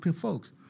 folks